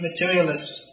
materialist